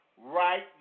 right